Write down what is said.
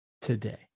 today